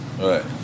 Right